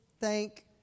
thank